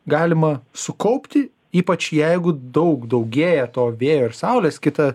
galima sukaupti ypač jeigu daug daugėja to vėjo ir saulės kita